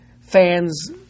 fans